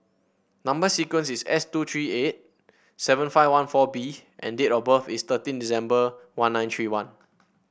number sequence is S two three eight seven five one four B and date of birth is thirteen December one nine three one